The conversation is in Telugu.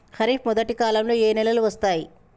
ఖరీఫ్ మొదటి కాలంలో ఏ నెలలు వస్తాయి?